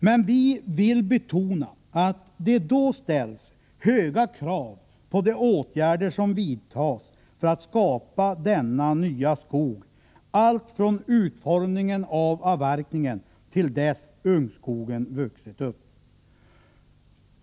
Men vi vill betona att det då ställs höga krav på de åtgärder som vidtas för att skapa denna nya skog allt från utformningen av avverkningen till dess ungskogen vuxit upp.